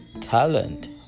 talent